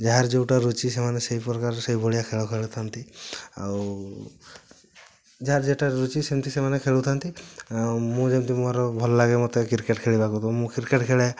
ଯାହାର ଯେଉଁଟା ରୁଚି ସେମାନେ ସେଇ ପ୍ରକାର ସେଇ ଭଳିଆ ଖେଳ ଖେଳି ଥାଆନ୍ତି ଆଉ ଯାହାର ଯେଟା ରୁଚି ସେମିତି ସେମାନେ ଖେଳୁଥାନ୍ତି ଆଉ ମୁଁ ଯେମିତି ମୋର ଭଲ ଲାଗେ ମୋତେ କ୍ରିକେଟ୍ ଖେଳିବାକୁ ତ ମୁଁ କ୍ରିକେଟ୍ ଖେଳେ